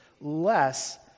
less